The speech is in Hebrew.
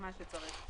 מה שצריך.